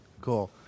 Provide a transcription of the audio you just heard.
Cool